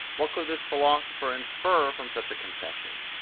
what could this philosopher infer from such a concession?